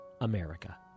America